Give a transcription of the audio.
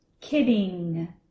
kidding